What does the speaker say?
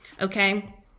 Okay